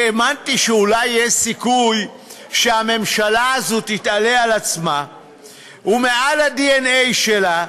האמנתי שאולי יש סיכוי שהממשלה הזאת תתעלה על עצמה ומעל הדנ"א שלה,